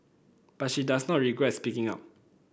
but she does not regret speaking up